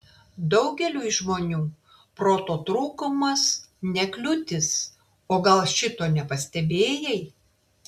daugeliui žmonių proto trūkumas ne kliūtis o gal šito nepastebėjai